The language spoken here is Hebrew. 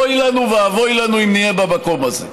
אוי לנו ואבוי לנו אם נהיה במקום הזה.